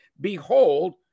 Behold